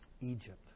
Egypt